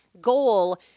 goal